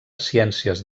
ciències